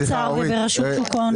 באוצר וברשות שוק ההון?